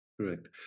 Correct